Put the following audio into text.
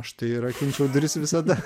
aš tai rakinčiau duris visada